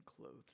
clothed